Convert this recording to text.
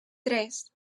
tres